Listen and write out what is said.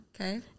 Okay